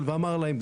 ואמר להם: